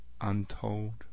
untold